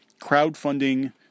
crowdfunding